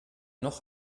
noch